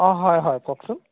অঁ হয় হয় কওকচোন